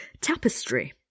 tapestry